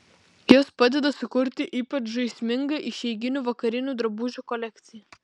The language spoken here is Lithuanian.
jos padeda sukurti ypač žaismingą išeiginių vakarinių drabužių kolekciją